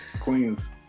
Queens